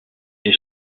les